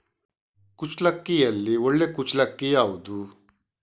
ಕುಚ್ಚಲಕ್ಕಿಯಲ್ಲಿ ಒಳ್ಳೆ ಕುಚ್ಚಲಕ್ಕಿ ಯಾವುದು?